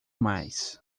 mais